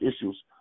issues